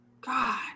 God